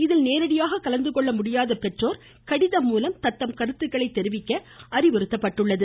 இதில் நேரடியாக கலந்துகொள்ள முடியாத பெற்றோர்கள் கடிதம் மூலம் தங்களது கருத்துக்களை தெரிவிக்க அறிவுறுத்தப்பட்டுள்ளது